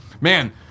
man